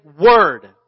word